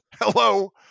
Hello